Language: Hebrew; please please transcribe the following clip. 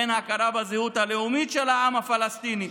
אין הכרה בזהות הלאומית של העם הפלסטיני.